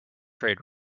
trade